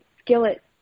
skillet